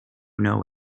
know